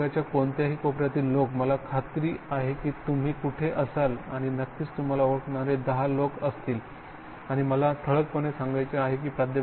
जगाच्या कोणत्याही कोपऱ्यातील लोक मला खात्री आहे की तुम्ही कुठेही असाल आणि नक्कीच तुम्हाला ओळखणारे दहा लोक असतील आणि मला ठळकपणे सांगायचे आहे की प्रा